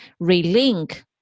relink